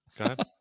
Okay